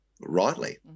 rightly